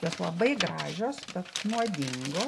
jos labai gražios bet nuodingo